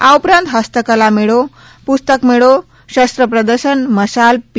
આ ઉપરાંત ફસ્તકલા મેળો પુસ્તક મેળો શસ્ત્ર પ્રદર્શન મશાલ પી